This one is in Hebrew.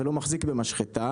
ולא מחזיק במשחטה,